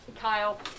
Kyle